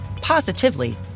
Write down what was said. positively